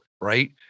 right